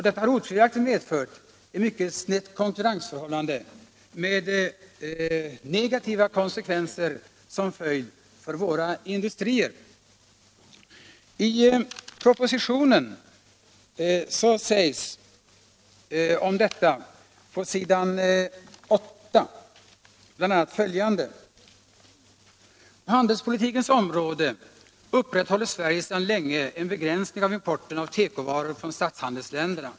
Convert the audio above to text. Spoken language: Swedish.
Det har otvivelaktigt medfört ett mycket snett konkurrensförhållande med negativa konsekvenser för våra industrier. I propositionen sägs om detta på s. 8 bl.a. följande: ”På handelspolitikens område upprätthåller Sverige sedan länge en begränsning av importen av tekovaror från statshandelsländerna.